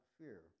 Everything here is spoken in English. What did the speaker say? fear